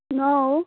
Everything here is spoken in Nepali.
नो